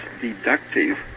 deductive